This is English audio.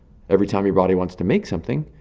every time your body wants to make something,